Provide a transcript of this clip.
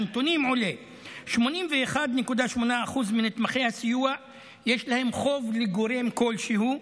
מהנתונים עולה כי ל-81.8% מנתמכי הסיוע יש חוב לגורם כלשהו,